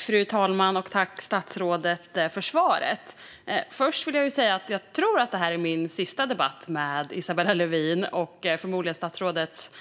Fru talman! Tack, statsrådet, för svaret! Först vill jag säga att jag tror att det här är min sista debatt med Isabella Lövin och förmodligen statsrådets